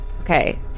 Okay